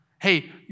hey